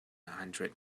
hundred